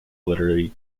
literary